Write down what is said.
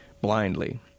blindly